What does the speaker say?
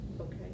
Okay